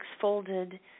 folded